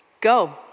go